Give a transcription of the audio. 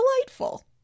delightful